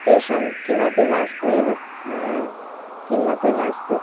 तेषां किमपि मास्तु एव किमपि मास्तु